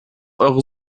eure